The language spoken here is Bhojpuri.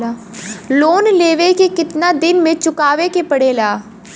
लोन लेवे के कितना दिन मे चुकावे के पड़ेला?